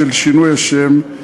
של שינוי השם,